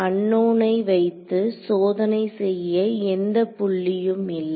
அன்னோன்னை வைத்து சோதனை செய்ய எந்த புள்ளியும் இல்லை